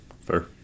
Fair